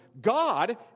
God